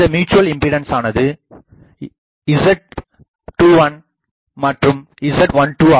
இந்த mutual impedance ஆனது Z21 மற்றும் Z12